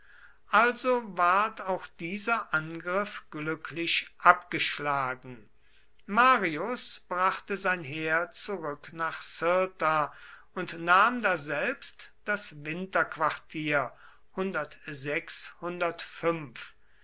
also ward auch dieser angriff glücklich abgeschlagen marius brachte sein heer zurück nach cirta und nahm daselbst das winterquartier